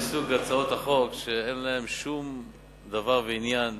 האמת היא שזה מסוג הצעות החוק שאין להן שום דבר ועניין